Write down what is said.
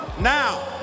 now